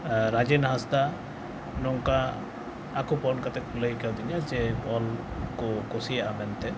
ᱨᱟᱡᱮᱱ ᱦᱟᱸᱥᱫᱟ ᱱᱚᱝᱠᱟ ᱟᱠᱚ ᱯᱷᱳᱱ ᱠᱟᱛᱮ ᱠᱚ ᱞᱟᱹᱭᱠᱟᱣᱫᱤᱧᱟᱹ ᱡᱮ ᱚᱞᱠᱚ ᱠᱩᱥᱤᱭᱟᱜᱼᱟ ᱢᱮᱱᱛᱮ